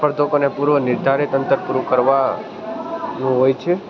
સ્પર્ધકોને પૂર્વ નિર્ધારિત અંતર પૂરું કરવાનું હોય છે